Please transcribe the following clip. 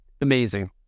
amazing